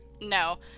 no